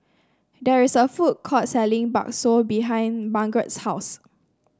there is a food court selling bakso behind Margeret's house